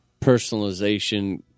personalization